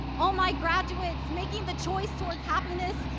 oh my graduates, making the choice towards happiness,